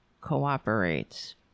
cooperates